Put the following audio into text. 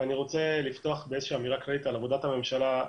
ואני רוצה לפתוח באיזושהי אמירה כללית על עבודת הממשלה.